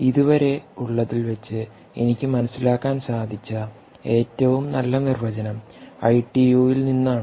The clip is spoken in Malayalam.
ഇതുവരെ വരെ ഉള്ളതിൽ വെച്ച് എനിക്ക് മനസ്സിലാക്കാൻ സാധിച്ച ഏറ്റവും നല്ല നിർവചനം ഐ ടി യു വിൽ നിന്നാണ്